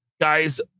guys